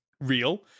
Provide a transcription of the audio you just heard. real